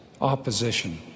opposition